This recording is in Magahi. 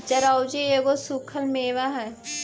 चिरौंजी एगो सूखल मेवा हई